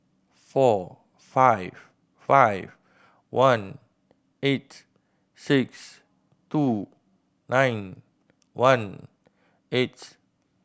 four five five one eight six two nine one eight